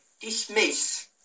dismiss